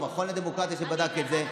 המכון לדמוקרטיה שבדק את זה,